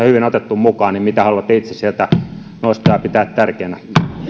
hyvin otettu mukaan mitä haluatte itse sieltä nostaa ja pitää tärkeänä